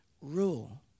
rule